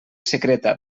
secreta